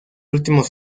últimos